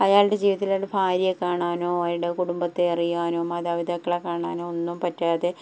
അയാളുടെ ജീവിതത്തിൽ അയാളുടെ ഭാര്യ കാണാനോ അയാളുടെ കുടുംബത്തെ അറിയാനോ മാതാപിതാക്കളെ കാണാനോ ഒന്നും പറ്റാതെ